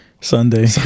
sunday